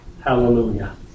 Hallelujah